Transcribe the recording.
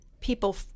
people